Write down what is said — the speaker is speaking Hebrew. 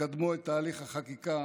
כשתקדמו את תהליך החקיקה